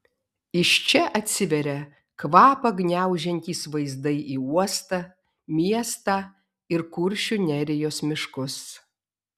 iš čia atsiveria kvapą gniaužiantys vaizdai į uostą miestą ir kuršių nerijos miškus